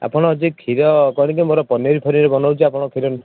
ଆପଣ ଯେ କ୍ଷୀର କରିକି ମୋର ପନିର ଫନିର ବନଉଛି ଆପଣ କ୍ଷୀର